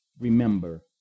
remember